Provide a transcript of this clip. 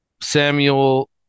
Samuel